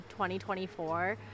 2024